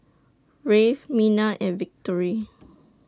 Rafe Mina and Victory